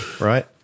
right